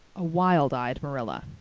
a wild-eyed marilla.